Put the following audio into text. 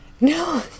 No